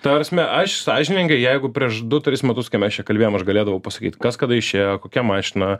ta prasme aš sąžiningai jeigu prieš du tris metus ką mes čia kalbėjom aš galėdavau pasakyt kas kada išėjo kokia mašina